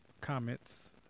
comments